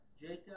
Jacob